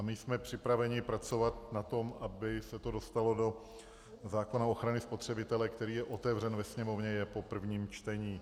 My jsme připraveni pracovat na tom, aby se to dostalo do zákona o ochraně spotřebitele, který je otevřen ve Sněmovně a je po prvním čtení.